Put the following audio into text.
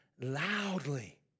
loudly